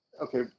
okay